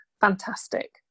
fantastic